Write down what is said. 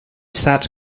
sat